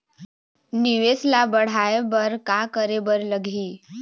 निवेश ला बड़हाए बर का करे बर लगही?